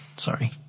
Sorry